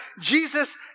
Jesus